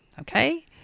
okay